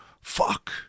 Fuck